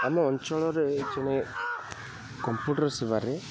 ଆମ ଅଞ୍ଚଳରେ ଜଣେ କମ୍ପୁଟର୍ ସେବାରେ